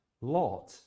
Lot